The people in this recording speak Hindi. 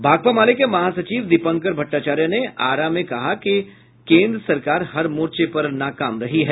भाकपा माले के महासचिव दीपंकर भट्टाचार्य ने आरा में कहा कि केंद्र सरकार हर मोर्चे पर नाकाम रही है